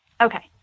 Okay